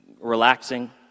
relaxing